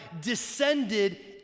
descended